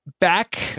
back